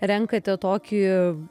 renkate tokį